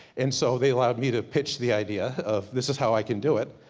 and so they allowed me to, pitch the idea of, this is how i can do it.